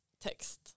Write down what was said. text